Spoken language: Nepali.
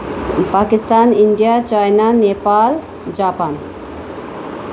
Pakistan India China Nepal Japan